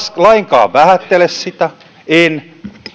lainkaan vähättele sitä en